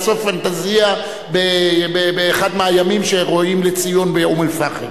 בשביל לעשות "פנטזייה" באחד מהימים שראויים לציון באום-אל-פחם,